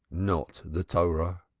not the torah.